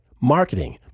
marketing